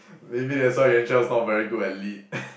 maybe that's why Yuan-Shao is not very good at lead